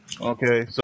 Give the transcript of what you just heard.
Okay